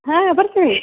ಹಾಂ ಬರ್ತೀವಿ